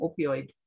opioid